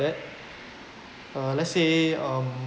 then uh let's say um